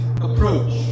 approach